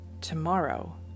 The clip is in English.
Tomorrow